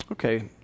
Okay